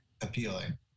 appealing